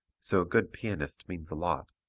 so a good pianist means a lot.